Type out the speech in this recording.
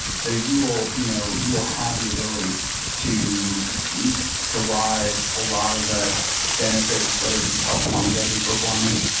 so you will you know you will have the ability to derive a lot of the benefits, whether it be health, longevity, performance,